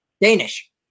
Danish